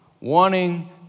wanting